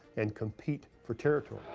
and compete for territory.